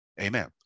Amen